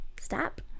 stop